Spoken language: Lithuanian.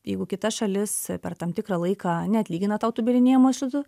jeigu kita šalis per tam tikrą laiką neatlygina tau tų bylinėjimo išlaidų